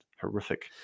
horrific